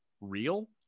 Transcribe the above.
real